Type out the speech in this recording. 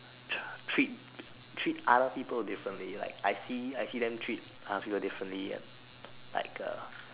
tr~ treat treat other people differently like I see I see them treat other people differently like uh